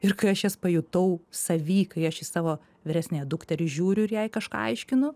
ir kai aš jas pajutau savy kai aš į savo vyresniąją dukterį žiūriu jai kažką aiškinu